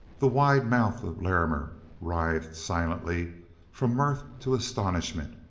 the wide mouth of larrimer writhed silently from mirth to astonishment,